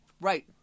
Right